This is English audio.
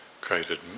created